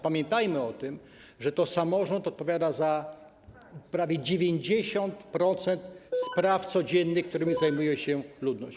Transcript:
Pamiętajmy o tym, że to samorząd odpowiada za prawie 90% spraw codziennych, którymi zajmuje się ludność.